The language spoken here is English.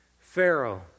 Pharaoh